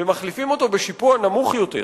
ומחליפים אותו בשיפוע נמוך יותר,